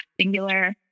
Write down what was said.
singular